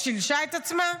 היא שילשה את עצמה,